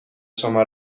شما